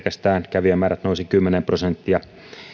kävijämäärät nousivat kymmenen prosenttia